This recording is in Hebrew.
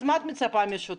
אז מה את מצפה משוטר?